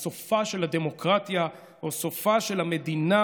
סופה של הדמוקרטיה או סופה של המדינה.